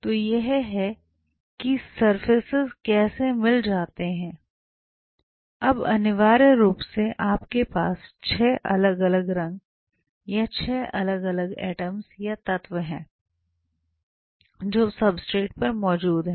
तो यह है कि सरफेसेस कैसे मिल जाते हैं अब अनिवार्य रूप से आपके पास 6 अलग अलग रंग या 6 अलग अलग एटम्स या तत्व हैं जो सब्सट्रेट पर मौजूद हैं